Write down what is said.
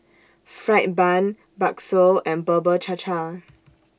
Fried Bun Bakso and Bubur Cha Cha